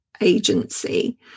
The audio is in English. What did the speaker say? agency